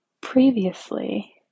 previously